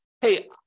hey